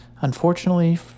unfortunately